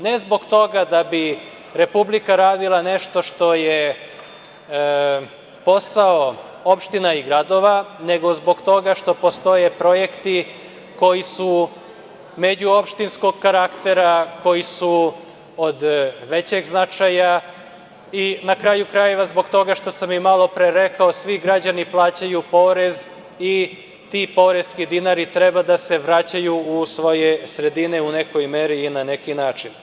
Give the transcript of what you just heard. Ne zbog toga da bi Republika radila nešto što je posao opština i gradova, nego zbog toga što postoje projekti koji su međuopštinskog karaktera, koji su od većeg značaja i, na kraju krajeva, zbog toga što sam i malo pre rekao – svi građani plaćaju porez i ti poreski dinari treba da se vraćaju u svoje sredine u nekoj meri i na neki način.